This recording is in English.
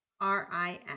R-I-S